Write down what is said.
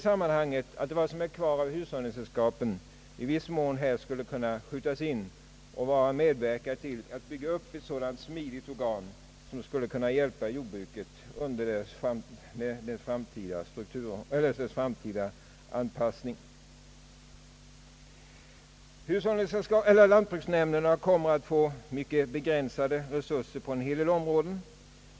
Vad som är kvar av hushållningssällskapen bör enligt min mening här kunna i viss mån skjutas in och medverka till att vi får ett smidigt organ som skall kunna hjälpa jordbruket med dess framtida anpassning. Lantbruksnämnderna kommer att få ytterst begränsade resurser på en hel del områden.